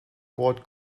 wort